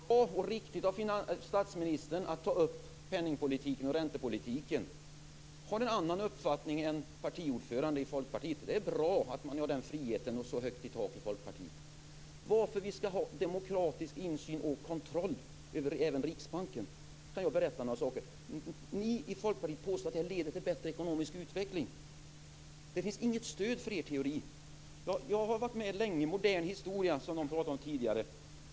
Fru talman! Då tycker alltså Helena Bargholtz att det var bra och riktigt av statsministern att ta upp penningpolitiken och räntepolitiken. Då har hon en annan uppfattning än partiordföranden i Folkpartiet, och det är bra att man har den friheten och så högt i tak i Folkpartiet. Varför vi skall ha demokratisk insyn och kontroll över även Riksbanken kan jag berätta. Ni i Folkpartiet påstår att det här leder till bättre ekonomisk utveckling. Det finns inget stöd för er teori. Jag har varit med länge i den moderna historien, som någon pratade om tidigare.